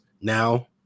now